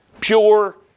pure